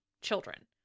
children